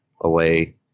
away